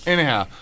Anyhow